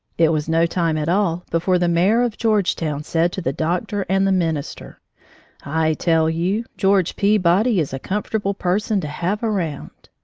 it was no time at all before the mayor of georgetown said to the doctor and the minister i tell you, george peabody is a comfortable person to have round!